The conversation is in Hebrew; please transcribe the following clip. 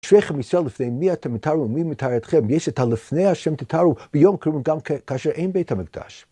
בשבילכם ישראל לפני מי אתם מתארו ומי מתאר אתכם, יש את הלפני השם תתארו, ביום קוראים גם כאשר אין בית המקדש.